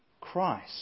Christ